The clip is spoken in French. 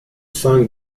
cinq